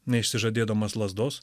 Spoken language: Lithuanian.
neišsižadėdamas lazdos